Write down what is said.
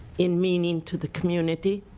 in meaning to the community.